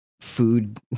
food